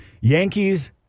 Yankees